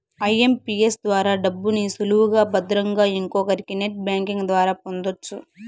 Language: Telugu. ఐఎంపీఎస్ ద్వారా డబ్బుని సులువుగా భద్రంగా ఇంకొకరికి నెట్ బ్యాంకింగ్ ద్వారా పొందొచ్చు